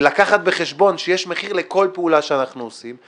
ולהביא בחשבון שיש מחיר לכל פעולה שאנחנו עושים.